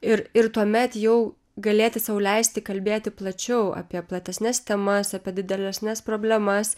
ir ir tuomet jau galėti sau leisti kalbėti plačiau apie platesnes temas apie didelesnes nes problemas